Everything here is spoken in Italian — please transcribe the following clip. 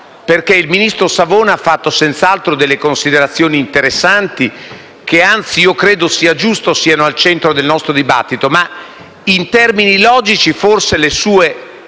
il ministro Savona abbia fatto senz'altro delle considerazioni interessanti - che, anzi, credo giusto che siano al centro del nostro dibattito - in termini logici forse la sua